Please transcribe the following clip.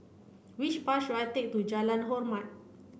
which bus should I take to Jalan Hormat